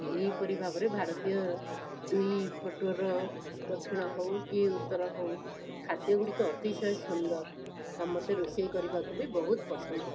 ଏହିପରି ଭାବରେ ଭାରତୀୟ ଦୁଇପଟର ଦକ୍ଷିଣ ହଉ କି ଉତ୍ତର ହଉ ଖାଦ୍ୟ ଗୁଡ଼ିକ ଅତିଶୟ ସୁନ୍ଦର ଆଉ ମୋତେ ରୋଷେଇ କରିବାକୁ ବି ବହୁତ ପସନ୍ଦ ଲାଗେ